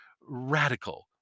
radical